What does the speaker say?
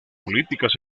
políticas